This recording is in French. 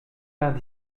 vingt